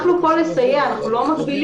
אנחנו פה לסייע, אנחנו לא מפעילים.